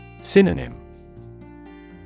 Synonym